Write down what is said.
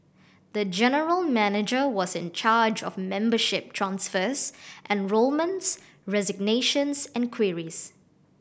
the general manager was in charge of membership transfers enrolments resignations and queries